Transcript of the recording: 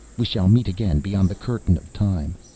we shall meet again beyond the curtain of time.